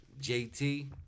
JT